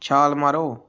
ਛਾਲ ਮਾਰੋ